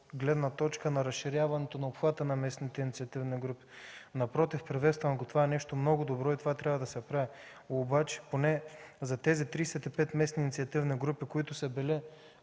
гледна точка разширяването на обхвата на местната инициативна група. Напротив, приветствам го. Това е нещо много добро и то трябва да се прави. Обаче поне за тези 35 местни инициативни групи, които са били